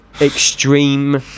extreme